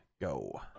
go